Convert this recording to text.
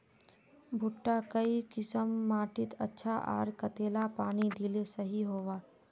भुट्टा काई किसम माटित अच्छा, आर कतेला पानी दिले सही होवा?